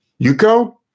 Yuko